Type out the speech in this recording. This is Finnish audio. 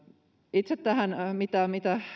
itse tähän mitä